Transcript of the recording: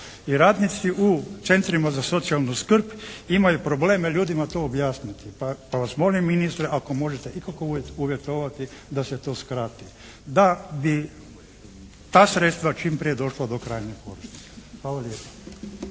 I radnici u centrima za socijalnu skrb imaju problem ljudima to objasniti, pa vas molim ministre ako možete ikako uvjetovati da se to skrati da bi ta sredstva čim prije došla do krajnjeg korisnika. Hvala lijepa.